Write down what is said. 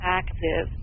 active